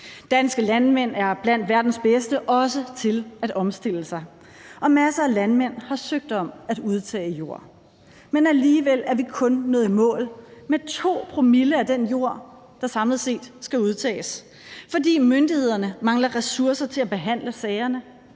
Danske landmænd er blandt verdens bedste, også til at omstille sig, og masser af landmænd har søgt om at udtage jord. Men alligevel er vi kun nået i mål med 2 promille af den jord, der samlet set skal udtages, fordi myndighederne mangler ressourcer til at behandle sagerne.